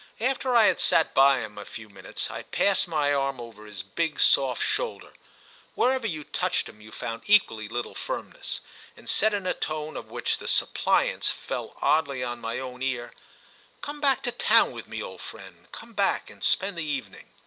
after i had sat by him a few minutes i passed my arm over his big soft shoulder wherever you touched him you found equally little firmness and said in a tone of which the suppliance fell oddly on my own ear come back to town with me, old friend come back and spend the evening.